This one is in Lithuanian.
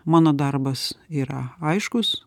mano darbas yra aiškus